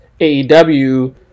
AEW